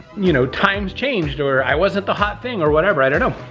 you know, times changed or i wasn't the hot thing or whatever. i don't know,